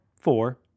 four